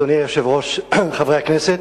אדוני היושב-ראש, חברי הכנסת,